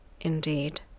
indeed